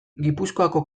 gipuzkoako